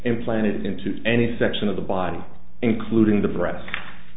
implanted into any section of the body including the bre